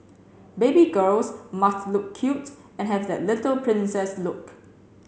baby girls must look cute and have that little princess look